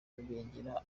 rubengera